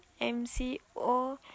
MCO